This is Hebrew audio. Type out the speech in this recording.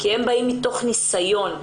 הן באות מתוך ניסיון,